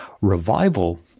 revival